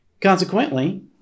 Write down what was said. Consequently